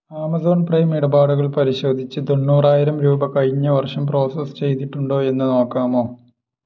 Amazon Prime ഇടപാടുകൾ പരിശോധിച്ച് തൊണ്ണൂറായിരം രൂപ കഴിഞ്ഞ വർഷം പ്രോസസ്സ് ചെയ്തിട്ടുണ്ടോ എന്ന് നോക്കാമോ